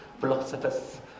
philosophers